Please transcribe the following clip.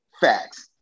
Facts